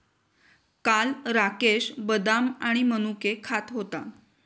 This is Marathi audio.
काल राकेश बदाम आणि मनुके खात होता